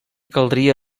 caldria